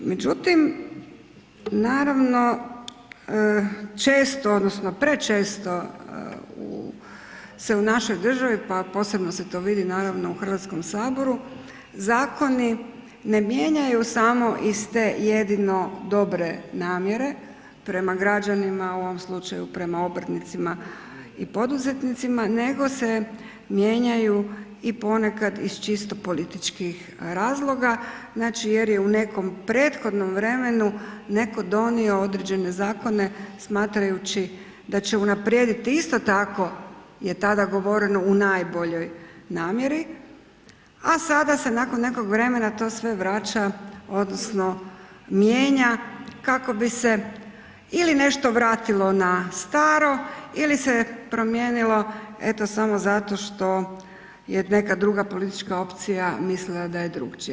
Međutim, naravno često odnosno prečesto se u našoj državi, pa posebno se to vidi naravno u Hrvatskom saboru zakoni ne mijenjaju samo iz te jedino dobre namjere prema građanima, u ovom slučaju prema obrtnicima i poduzetnicima, nego se mijenjaju i ponekad iz čisto političkih razloga znači jer u nekom prethodnom vremenu netko donio određene zakone smatrajući da će unaprijediti isto tako je tada govoreno u najboljoj namjeri, a sada se nakon nekog vremena to sve vraća odnosno mijenja kako bi se ili nešto vratilo na staro ili se promijenilo evo samo zato što je neka druga politička opcija mislila da je drukčije.